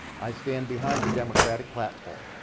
i stand behind the democratic platform